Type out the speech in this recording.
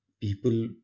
people